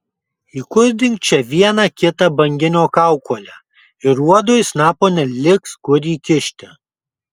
įkurdink čia vieną kitą banginio kaukolę ir uodui snapo neliks kur įkišti